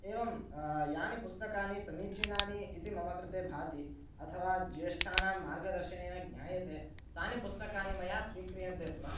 एवं यानि पुस्तकानि समीचीनानि इति मम कृते भाति अथवा ज्येष्ठानां मार्गदर्शनेन ज्ञायते तानि पुस्तकानि मया स्वीक्रियन्ते स्म